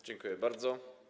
Dziękuję bardzo.